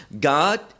God